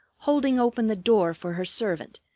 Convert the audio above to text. holding open the door for her servant,